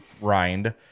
rind